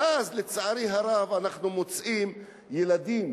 ואז, לצערי הרב, אנחנו מוצאים ילדים,